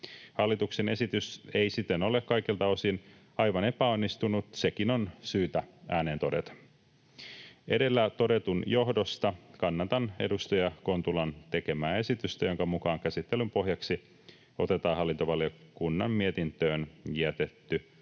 Hallituksen esitys ei siten ole kaikilta osin aivan epäonnistunut, sekin on syytä ääneen todeta. Edellä todetun johdosta kannatan edustaja Kontulan tekemää esitystä, jonka mukaan käsittelyn pohjaksi otetaan hallintovaliokunnan mietintöön jätetty